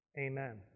Amen